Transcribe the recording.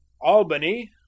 albany